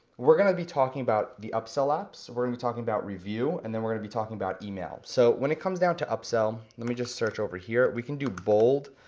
we're gonna be talking about the upsell apps, we're gonna be talking about review, and then we're gonna be talking about email. so when it comes down to upsell, let me just search over here, we can do bold,